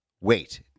Wait